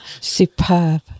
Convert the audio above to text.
superb